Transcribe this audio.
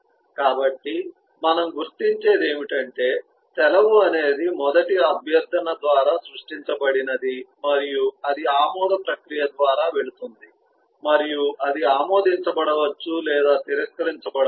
కాబట్టి మనం గుర్తించేది ఏమిటంటే సెలవు అనేది మొదట అభ్యర్థన ద్వారా సృష్టించబడినది మరియు అది ఆమోద ప్రక్రియ ద్వారా వెళుతుంది మరియు అది ఆమోదించబడవచ్చు లేదా తిరస్కరించబడవచ్చు